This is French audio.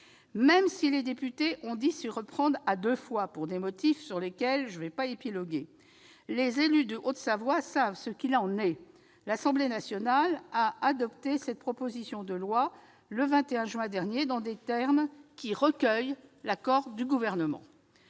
Même si les députés ont dû s'y reprendre à deux fois pour des motifs sur lesquels je n'épiloguerai pas- les élus de Haute-Savoie savent ce qu'il en est -, l'Assemblée nationale a adopté cette proposition de loi le 21 juin dernier, dans des termes qui recueillent l'accord du Gouvernement.